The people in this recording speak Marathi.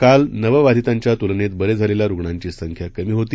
काल नवबाधितांच्या तुलनेत बरे झालेल्या रुग्णांची संख्या कमी होती